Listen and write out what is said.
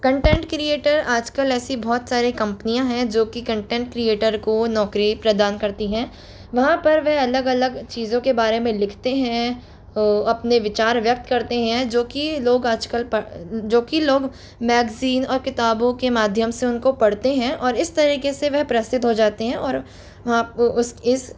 content creator आजकल ऐसी बहुत सारी कंपनियाँ हैं जो कि कंटेंट क्रिएटर को नौकरी प्रदान करती हैं वहाँ पर वह अलग अलग चीज़ों के बारे में लिखते हैं अपने विचार व्यक्त करते हैं जो कि लोग आजकल जो कि लोग मैगज़ीन और किताबों के माध्यम से उनको पढ़ते हैं और इस तरीके से वह प्रसिद्ध हो जाते हैं और वहाँ उस इस